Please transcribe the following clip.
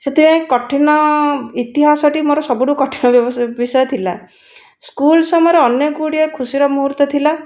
ସେଥିପାଇଁ କଠିନ ଇତିହାସ ଟି ମୋର ସବୁଠାରୁ କଠିନ ବିଷୟ ଥିଲା ସ୍କୁଲ ସମୟରେ ଅନେକ ଗୁଡ଼ିଏ ଖୁସି ର ମୁହୂର୍ତ୍ତ ଥିଲା